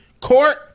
court